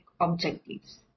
objectives